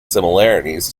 similarities